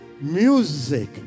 Music